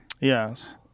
Yes